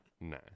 nah